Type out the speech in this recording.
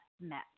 met